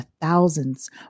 thousands